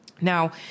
Now